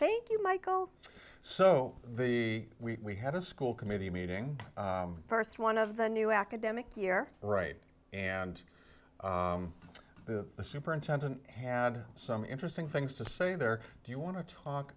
thank you michael so the we had a school committee meeting st one of the new academic year right and the superintendent had some interesting things to say there do you want to talk